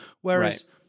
Whereas